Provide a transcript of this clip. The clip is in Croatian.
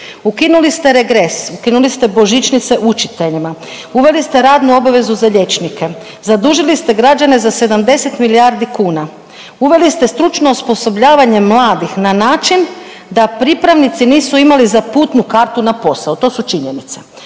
Ukinuli ste regres, ukinuli ste božićnice učiteljima, uveli ste radnu obavezu za liječnike, zadužili ste građane za 70 milijardi kuna, uveli ste stručno osposobljavanje mladih na način da pripravnici nisu imali za putnu kartu na posao. To su činjenice,